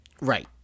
Right